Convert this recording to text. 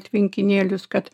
tvenkinėlius kad